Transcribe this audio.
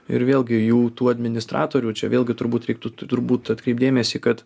ir vėlgi jų tų administratorių čia vėlgi turbūt reiktų turbūt atkreipt dėmesį kad